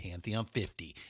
Pantheon50